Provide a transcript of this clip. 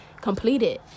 completed